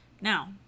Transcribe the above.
Now